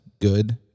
good